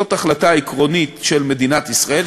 זאת החלטה עקרונית של מדינת ישראל,